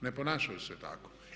Ne ponašaju se tako.